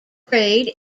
grade